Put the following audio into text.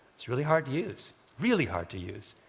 it's really hard to use really hard to use.